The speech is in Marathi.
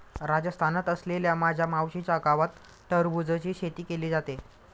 राजस्थानात असलेल्या माझ्या मावशीच्या गावात टरबूजची शेती केली जाते